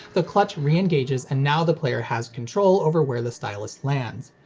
the clutch re-engages and now the player has control over where the stylus lands.